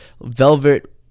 velvet